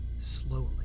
slowly